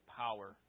power